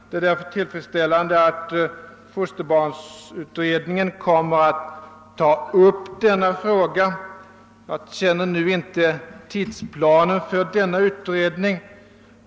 Därför är det tillfredsställande att fosterbarnsutredningen kommer att ta upp denna fråga. Jag känner emellertid inte till tidsplanen för denna utredning.